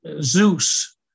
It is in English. Zeus